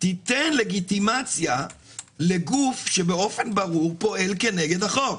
תיתן לגיטימציה לגוף שבאופן ברור פועל כנגד החוק.